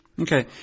Okay